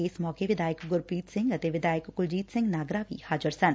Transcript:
ਇਸ ਮੌਕੇ ਵਿਧਾਇਕ ਗੁਰਪ੍ਰੀਤ ਸਿੰਘ ਅਤੇ ਵਿਧਾਇਕ ਕੁਲਜੀਤ ਸਿੰਘ ਨਾਗਰਾ ਵੀ ਹਾਜ਼ਰ ਸਨ